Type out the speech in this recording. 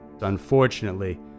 Unfortunately